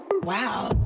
Wow